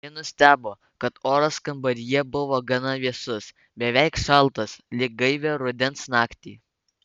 ji nustebo kad oras kambaryje buvo gana vėsus beveik šaltas lyg gaivią rudens naktį